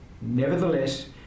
Nevertheless